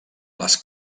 les